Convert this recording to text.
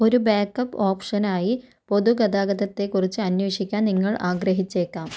ഒരു ബാക്കപ്പ് ഓപ്ഷനായി പൊതു ഗതാഗതത്തെ കുറിച്ച് അന്വേഷിക്കാൻ നിങ്ങൾ ആഗ്രഹിച്ചേക്കാം